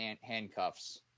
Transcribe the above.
handcuffs